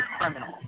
criminal